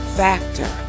factor